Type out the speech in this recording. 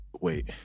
Wait